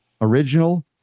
original